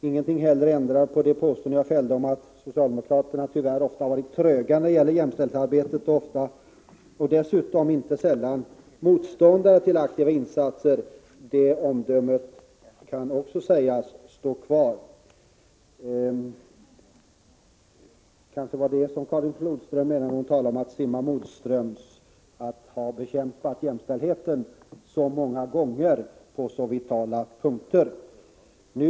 Ingenting ändrar heller på det påstående jag gjorde om att socialdemokraterna tyvärr ofta har varit tröga när det gäller jämställdhetsarbetet och dessutom inte sällan varit motståndare till aktiva insatser. Det omdömet kan också sägas stå kvar. Att man har bekämpat jämställdheten under många år på många vitala punkter var kanske det som Karin Flodström menade när hon talade om att simma motströms.